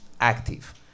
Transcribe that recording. active